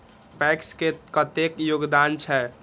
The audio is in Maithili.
पैक्स के कतेक योगदान छै?